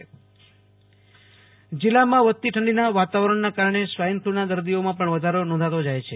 Ashutosh Antani Kutch swine flu જિલ્લામાં વધતી ઠંડીના વાતાવરણના કારણે સ્વાઈન ફલુના દર્દીઓમાં પણ વધારો નોંધાતો જાય છે